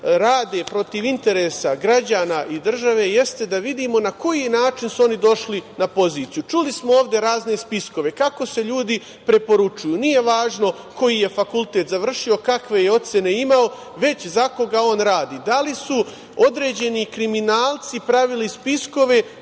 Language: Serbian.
rade protiv interesa građana i države, da vidimo na koji način su oni došli na poziciju. Čuli smo ovde razne spiskove, kako se ljudi preporučuju, nije važno koji je fakultet završio, kakve je ocene imao, već za koga on radi? Da li su određeni kriminalci pravili spiskove